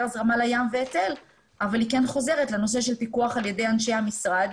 הזרמה לים והיטל אבל היא כן חוזרת לנושא של פיקוח על ידי אנשי המשרד,